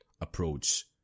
approach